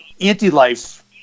anti-life